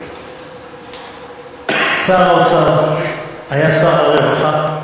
תקשיבי, שר האוצר היה שר הרווחה.